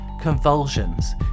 convulsions